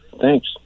Thanks